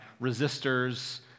resistors